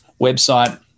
website